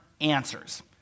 answers